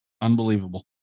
unbelievable